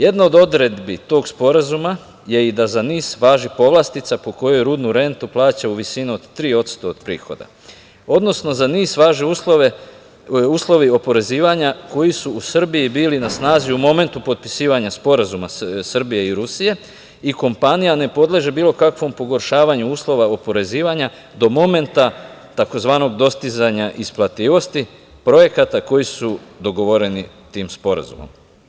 Jedan od odredbi tog sporazuma je i da i za NIS važi povlastica po kojoj rudnu rentu plaća u visini od 3% od prihoda, odnosno za NIS važe uslovi oporezivanja koji su u Srbiji bili na snazi u momentu potpisivanja sporazuma Srbije i Rusije i kompanija ne podleže bilo kakvom pogoršavanju uslova oporezivanja do momenta tzv. isplativosti, projekata koji su dogovoreni tim sporazumom.